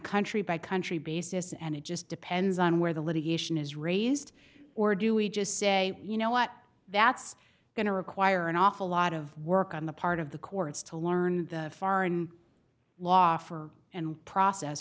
country by country basis and it just depends on where the litigation is raised or do we just say you know what that's going to require an awful lot of work on the part of the courts to learn foreign law for and process